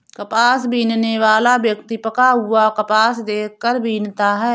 कपास बीनने वाला व्यक्ति पका हुआ कपास देख कर बीनता है